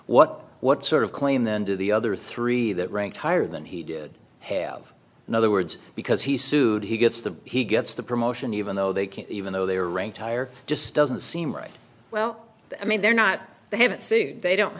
what what sort of claim then do the other three that rank higher than he did have in other words because he sued he gets the he gets the promotion even though they can't even though they're ranked higher just doesn't seem right well i mean they're not they haven't sued they don't